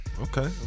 Okay